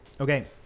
okay